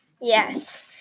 Yes